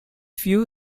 few